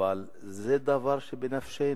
אבל זה דבר שבנפשנו.